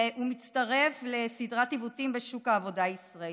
והוא מצטרף לסדרת עיוותים בשוק העבודה הישראלי.